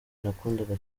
nakundaga